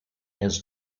his